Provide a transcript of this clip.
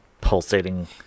pulsating